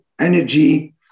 Energy